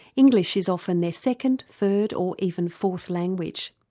english is often their second, third, or even fourth language.